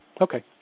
Okay